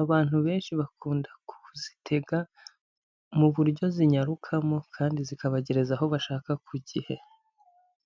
abantu benshi bakunda kuzitega mu buryo zinyarukamo, kandi zikabageza aho bashaka ku gihe.